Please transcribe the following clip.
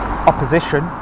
opposition